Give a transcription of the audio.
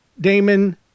damon